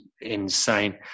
insane